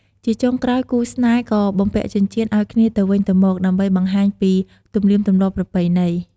ជាចុងក្រោយគូស្នេហ៍ក៏បំពាក់ចិញ្ចៀនឱ្យគ្នាទៅវិញទៅមក ដើម្បីបង្ហាញពីទំនៀមទម្លាប់ប្រពៃណី។